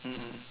mm mm